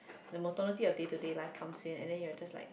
the monotony of day to day life comes in and then you're just like